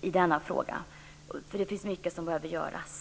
i denna fråga. Det finns mycket som behöver göras.